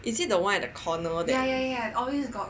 is it the one at the corner